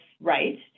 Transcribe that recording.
right